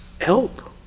help